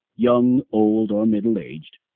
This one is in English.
young, old, or middle-aged.